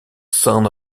son